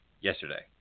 yesterday